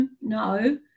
No